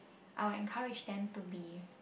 I'll encourage them to be